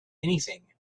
anything